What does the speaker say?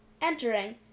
Entering